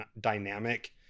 dynamic